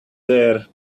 there